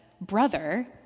brother